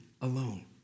alone